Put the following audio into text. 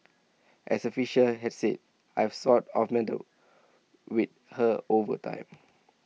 as A Fisher have said I've sort of melded with her over time